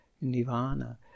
nirvana